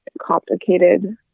complicated